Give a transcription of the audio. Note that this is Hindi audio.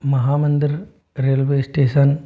Mahamandir railway station